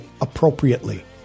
appropriately